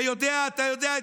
אתה יודע,